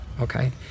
Okay